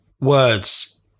words